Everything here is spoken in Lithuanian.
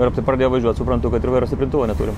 ir tai pradėjo važiuot suprantu kad ir vairo stiprintuvo neturim